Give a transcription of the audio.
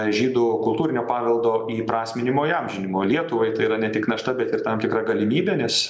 žydų kultūrinio paveldo įprasminimo įamžinimo lietuvai tai yra ne tik našta bet ir tam tikra galimybė nes